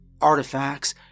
Artifacts